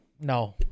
No